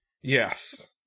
yes